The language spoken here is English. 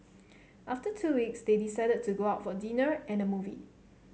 after two weeks they decided to go out for dinner and a movie